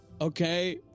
okay